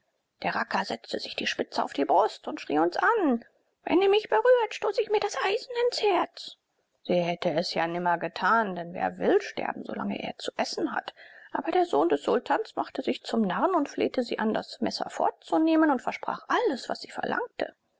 der racker setzte sich die spitze auf die brust und schrie uns zu wenn ihr mich berührt stoße ich mir das eisen ins herz sie hätte es ja nimmer getan denn wer will sterben solange er zu essen hat aber der sohn des sultans machte sich zum narren und flehte sie an das messer fortzunehmen und versprach alles was sie verlangte